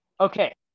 Okay